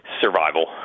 survival